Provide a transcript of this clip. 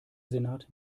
senat